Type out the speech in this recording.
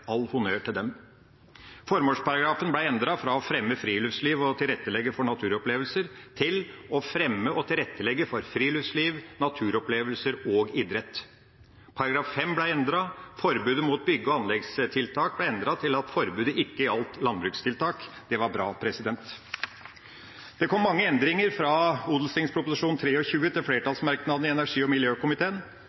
all honnør til dem! Formålsparagrafen ble endret fra å fremme friluftsliv og tilrettelegge for naturopplevelser til «å fremme og tilrettelegge for friluftsliv, naturopplevelser og idrett.» Paragraf 5 ble endret: forbudet mot bygg- og anleggstiltak ble endret til at forbudet ikke gjaldt landbrukstiltak. Det var bra. Det kom mange endringer fra Ot.prp. nr. 23 for 2008–2009 til flertallsmerknadene i energi- og miljøkomiteen.